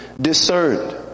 discerned